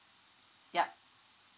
yup